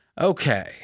Okay